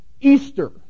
Easter